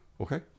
okay